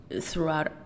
throughout